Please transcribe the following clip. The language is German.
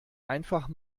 einfach